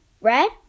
Red